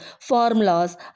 formulas